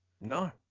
No